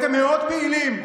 הייתם מאוד פעילים,